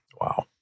Wow